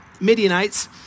Midianites